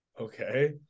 Okay